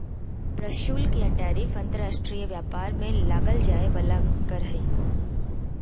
प्रशुल्क या टैरिफ अंतर्राष्ट्रीय व्यापार में लगल जाय वला कर हइ